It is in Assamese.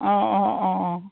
অঁ অঁ অঁ অঁ